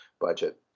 budget